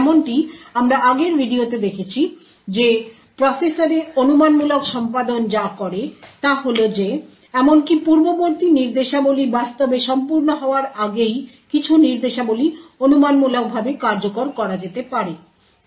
যেমনটি আমরা আগের ভিডিওতে দেখেছি যে প্রসেসরে অনুমানমূলক সম্পাদন যা করে তা হল যে এমনকি পূর্ববর্তী নির্দেশাবলী বাস্তবে সম্পূর্ণ হওয়ার আগেই কিছু নির্দেশাবলী অনুমানমূলকভাবে কার্যকর করা যেতে পারে